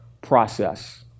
process